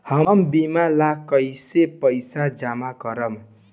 हम बीमा ला कईसे पईसा जमा करम?